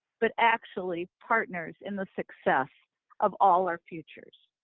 but actually partners in the success of all our futures.